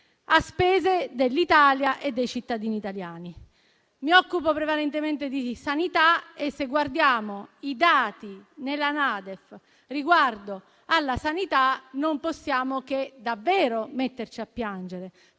a spese dell'Italia e dei cittadini italiani. Io mi occupo prevalentemente di sanità e, se guardiamo i dati della NADEF riguardo alla sanità, non possiamo che davvero metterci a piangere.